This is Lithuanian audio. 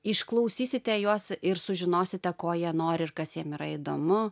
išklausysite juos ir sužinosite ko jie nori ir kas jiem yra įdomu